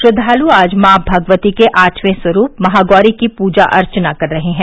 श्रद्वालु आज माँ भगवती के आठवें स्वरूप महागौरी की पूजा अर्चना कर रहे हैं